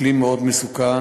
כלי מאוד מסוכן.